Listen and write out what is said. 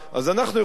אז אנחנו יכולים,